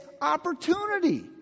opportunity